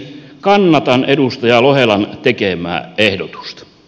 kannatan edustaja lohelan tekemää ehdotusta